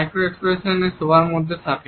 micro expressions সবার মধ্যেই থাকে